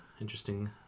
interesting